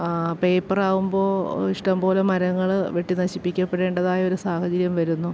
പേപ്പറാകുമ്പോള് ഇഷ്ടംപോലെ മരങ്ങള് വെട്ടി നശിപ്പിക്കപ്പെടേണ്ടതായൊരു സാഹചര്യം വരുന്നു